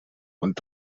und